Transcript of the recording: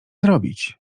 zrobić